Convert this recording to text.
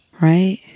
right